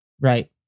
Right